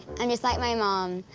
i'm just like my mom,